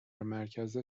مرکز